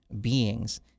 beings